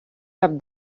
cap